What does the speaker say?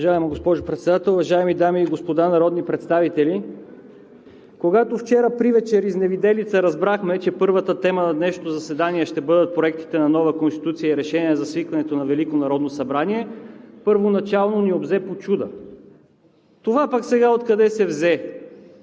Уважаема госпожо Председател, уважаеми дами и господа народни представители! Когато вчера привечер изневиделица разбрахме, че първата тема на днешното заседание ще бъдат проектите на нова Конституция и решение за свикването на Велико народно събрание, първоначално ни обзе почуда: „Това пък сега откъде се взе?!